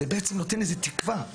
זה בעצם נותן איזו תקווה,